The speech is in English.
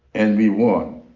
and we won.